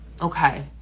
Okay